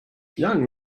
young